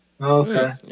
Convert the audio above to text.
Okay